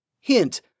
Hint